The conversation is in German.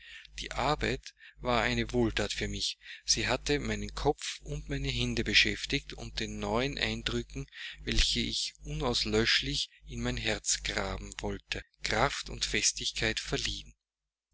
die arbeit war eine wohlthat für mich sie hatte meinen kopf und meine hände beschäftigt und den neuen eindrücken welche ich unauslöschlich in mein herz graben wollte kraft und festigkeit verliehen